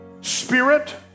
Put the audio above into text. Spirit